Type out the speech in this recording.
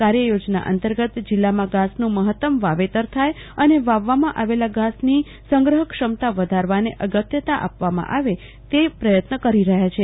કાર્ય યોજના અંતર્ગત જિલ્લામાં ઘાસનું મહત્તમ વાવેતર થાય અને વાવવામાં આવેલા ઘાસની સંગ્રહ ક્ષમતા વધારવાને અગત્યતા આપવામાં આવી રહી છે